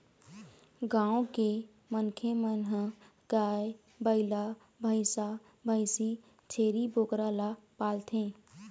गाँव के मनखे मन ह गाय, बइला, भइसा, भइसी, छेरी, बोकरा ल पालथे